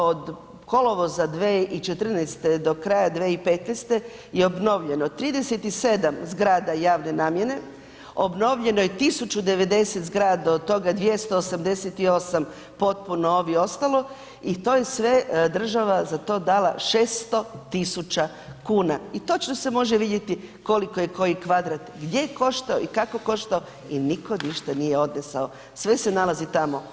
Od kolovoza 2014. do kraja 2015. je obnovljeno 37 zgrada javne namijene, obnovljeno je 1090 zgrada, od toga 288 potpuno, ovi ostalo, i to je sve država za to dala 600 tisuća kuna, i točno se može vidjeti koliko je koji kvadrat gdje koštao i kako koštao i nitko ništa nije odnesao, sve se nalazi tamo.